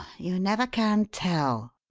you never can tell.